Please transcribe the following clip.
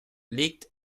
legt